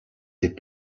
ses